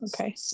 okay